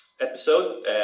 episode